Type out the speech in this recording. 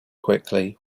quickly